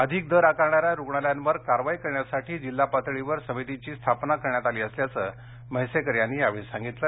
जादा दर आकारणाऱ्या रुग्णालयांवर कारवाई करण्यासाठी जिल्हा पातळीवर समितीची स्थापना करण्यात आली असल्याचं म्हैसेकर यांनी यावेळी सांगितलं